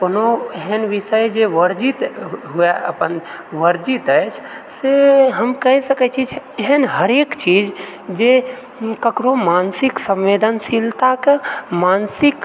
कोनो एहन विषय जे वर्जित हुए अपन वर्जित अछि से हम कहि सकैत छी जे एहन हरेक चीज जे ककरो मानसिक संवेदनशीलता कऽ मानसिक